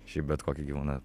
šiaip bet kokį gyvūną